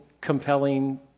compelling